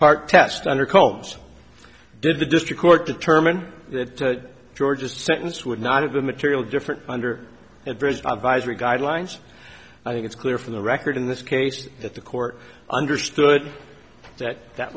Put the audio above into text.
part test under combs did the district court determine that georgia sentenced would not have a material difference under that bridge advisory guidelines i think it's clear from the record in this case that the court understood that that